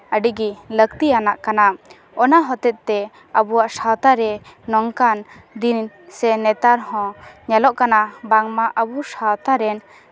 ᱟᱹᱰᱤᱜᱮ ᱞᱟᱹᱠᱛᱤᱭᱟᱱᱟᱜ ᱠᱟᱱᱟ ᱚᱱᱟ ᱦᱚᱛᱮ ᱛᱮ ᱟᱵᱚᱣᱟᱜ ᱥᱟᱶᱛᱟ ᱨᱮ ᱱᱚᱝᱠᱟᱱ ᱫᱤᱱ ᱥᱮ ᱱᱮᱛᱟᱨ ᱦᱚᱸ ᱧᱮᱞᱚᱜ ᱠᱟᱱᱟ ᱵᱟᱝᱢᱟ ᱟᱵᱚ ᱥᱟᱶᱛᱟ ᱨᱮᱱ